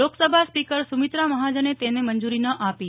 Lok Sabha speaker Sumitra મહાજને તેની મંજૂરી ન આપી